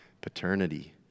paternity